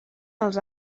els